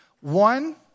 One